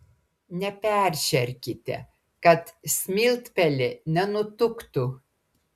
neperšerkite kad smiltpelė nenutuktų